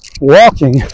walking